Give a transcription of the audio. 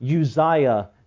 Uzziah